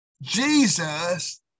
Jesus